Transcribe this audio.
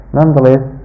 nonetheless